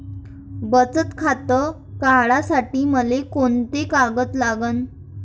बचत खातं काढासाठी मले कोंते कागद लागन?